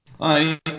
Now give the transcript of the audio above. Hi